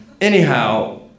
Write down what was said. Anyhow